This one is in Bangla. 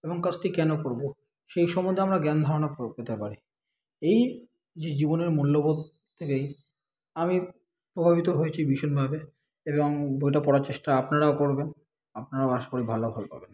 এবং কাজটি কেন করবো সেই সম্বন্ধে আমরা জ্ঞান ধারণা কর পেতে পারি এই যে জীবনের মূল্যবোধ থেকেই আমি প্রভাবিত হয়েছি ভীষণ ভাবে এবং বইটা পড়ার চেষ্টা আপনারাও করবেন আপনারাও আশা করি ভালো ফল পাবেন